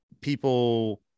people